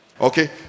okay